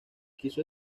quiso